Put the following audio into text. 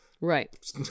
Right